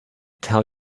tell